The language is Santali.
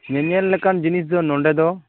ᱧᱮᱧᱮᱞ ᱞᱮᱠᱟᱱ ᱡᱤᱱᱤᱥ ᱫᱚ ᱱᱚᱸᱰᱮ ᱫᱚ